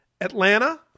Atlanta